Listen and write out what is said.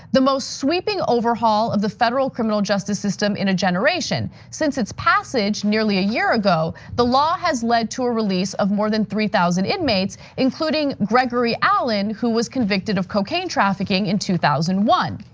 the most sweeping overhaul of the federal criminal justice system in a generation. since its passage nearly a year ago, the law has led to a release of more than three thousand inmates, including gregory allen, who was convicted of cocaine trafficking in two thousand and one.